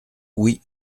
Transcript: oui